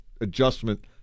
adjustment